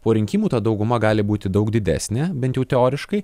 po rinkimų ta dauguma gali būti daug didesnė bent jau teoriškai